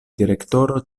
direktoro